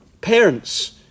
Parents